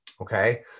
Okay